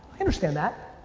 i understand that.